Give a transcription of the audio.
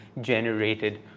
generated